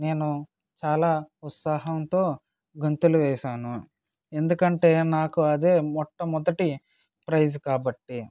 నేను చాలా ఉత్సాహంతో గంతులు వేసాను ఎందుకంటే నాకు అదే మొట్టమొదటి ప్రైసు కాబట్టి